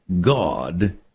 God